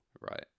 right